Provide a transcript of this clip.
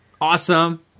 Awesome